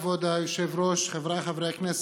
כבוד היושב-ראש, חבריי חברי הכנסת,